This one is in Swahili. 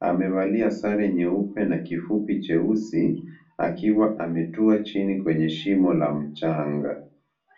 Amevalia sare nyeupe na kifupi cheusi, akiwa ametua chini kwenye shimo la mchanga.